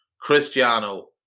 Cristiano